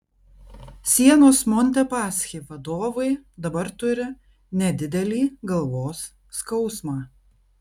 sienos montepaschi vadovai dabar turi nedidelį galvos skausmą